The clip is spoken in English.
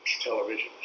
television